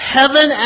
heaven